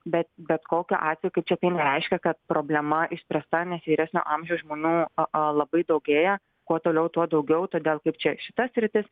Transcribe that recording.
bet bet kokiu atveju kaip čia tai nereiškia kad problema išspręsta nes vyresnio amžiaus žmonių a a labai daugėja kuo toliau tuo daugiau todėl kaip čia šita sritis